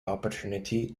opportunity